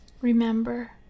Remember